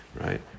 right